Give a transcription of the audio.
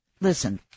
listen